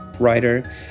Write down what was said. writer